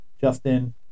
Justin